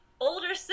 older